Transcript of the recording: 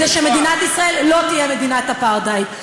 כדי שמדינת ישראל לא תהיה מדינת אפרטהייד,